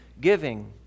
giving